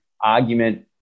argument